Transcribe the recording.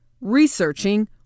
researching